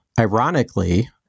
Ironically